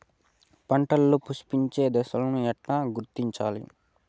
పంటలలో పుష్పించే దశను ఎట్లా గుర్తించాలి?